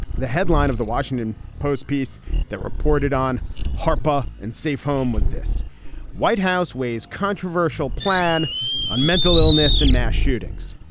the headline of the washington post piece that reported on harper and safe home was this white house weighs controversial plan on mental illness and mass shootings.